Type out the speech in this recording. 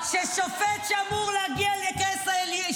נגמר הזמן.